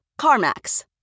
CarMax